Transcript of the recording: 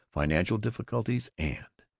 financial difficulties, and